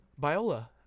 Biola